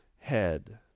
head